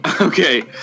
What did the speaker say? Okay